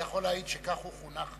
אני יכול להעיד שכך הוא חונך.